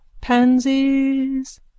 Pansies